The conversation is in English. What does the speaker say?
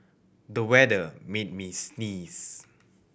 the weather made me sneeze